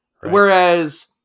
Whereas